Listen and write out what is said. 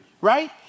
right